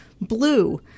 Blue